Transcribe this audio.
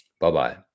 Bye-bye